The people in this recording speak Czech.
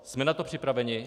Jsme na to připraveni?